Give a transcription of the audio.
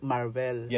Marvel